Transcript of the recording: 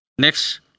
Next